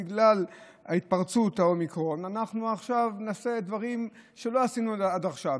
בגלל התפרצות האומיקרון: אנחנו עכשיו נעשה דברים שלא עשינו עד עכשיו,